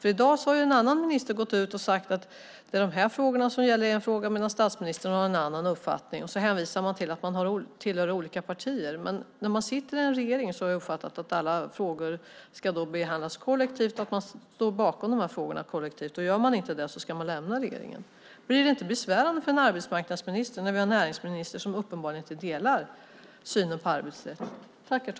I dag har en annan minister gått ut och sagt att det är det här som gäller i en fråga, medan statsministern har en annan uppfattning och så hänvisar man till att man tillhör olika partier. När man sitter i en regering har jag uppfattat att alla frågor ska behandlas kollektivt och att man står bakom dem kollektivt. Om man inte gör det ska man lämna regeringen. Blir det inte besvärande för en arbetsmarknadsminister när näringsministern uppenbarligen inte delar synen på arbetsrätt?